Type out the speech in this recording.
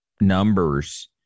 numbers